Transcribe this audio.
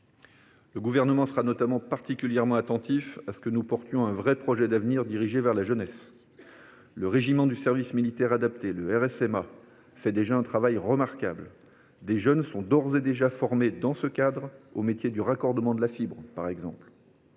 Le Gouvernement sera notamment particulièrement attentif à ce que nous portions un véritable projet d’avenir, dirigé vers la jeunesse. Le régiment du service militaire adapté (RSMA) effectue déjà un travail remarquable. Des jeunes sont d’ores et déjà formés, dans ce cadre, aux métiers du raccordement à la fibre, par exemple.